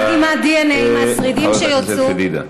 חברת הכנסת פדידה,